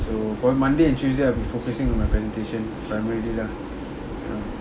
so on monday and tuesday I'll be focusing on my presentation when I'm ready lah you know